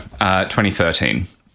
2013